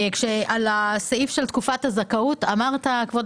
על הסעיף של תקופת הזכאות אמרת, כבוד